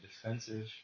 defensive